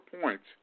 points